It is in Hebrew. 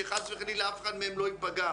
שחס וחלילה אף אחד מהם לא ייפגע,